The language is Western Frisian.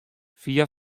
fia